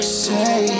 say